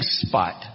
spot